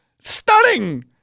stunning